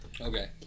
Okay